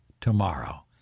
tomorrow